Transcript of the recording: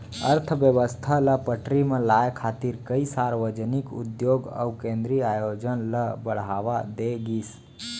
अर्थबेवस्था ल पटरी म लाए खातिर कइ सार्वजनिक उद्योग अउ केंद्रीय आयोजन ल बड़हावा दे गिस